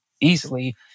easily